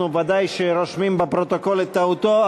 אנחנו בוודאי רושמים בפרוטוקול את טעותו,